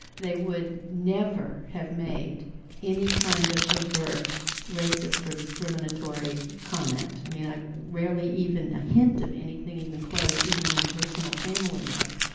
they would never have made any kind of overt racist or discriminatory comment. i mean, i rarely even a hint of anything even close even in personal family life.